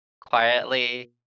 quietly